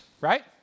right